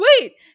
wait